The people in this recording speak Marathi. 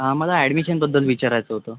हां मला ॲडमिशनबद्दल विचारायचं होतं